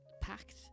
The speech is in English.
packed